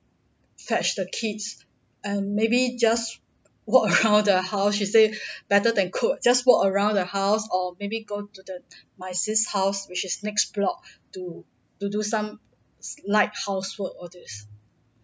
fetch the kids and maybe just walk around the house she say better than cook just walk around the house or maybe go to the my sis house which is next block to to do some light housework all this